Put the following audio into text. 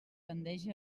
tendeix